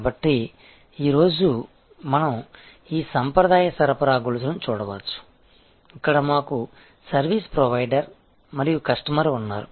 కాబట్టి ఈరోజు మనం ఈ సంప్రదాయ సరఫరా గొలుసును చూడవచ్చు ఇక్కడ మాకు సర్వీస్ ప్రొవైడర్ మరియు కస్టమర్ ఉన్నారు